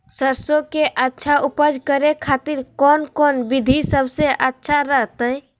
सरसों के अच्छा उपज करे खातिर कौन कौन विधि सबसे अच्छा रहतय?